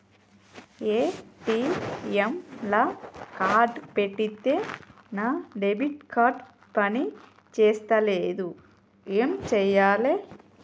ATM లా card పెడితే నా డెబిట్ కార్డ్ పని చేస్తలేదు ఏం చేయాలే?